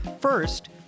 First